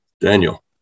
Daniel